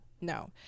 no